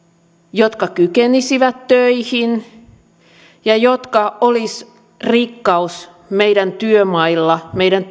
jotka kykenisivät töihin ja jotka olisivat rikkaus meidän työmaillamme meidän